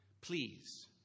please